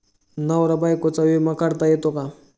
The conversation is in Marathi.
नवरा बायकोचा विमा काढता येतो का?